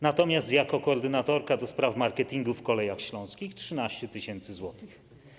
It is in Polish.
Natomiast jako koordynatorka do spraw marketingu w Kolejach Śląskich zarobiła 13 tys. zł.